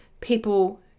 people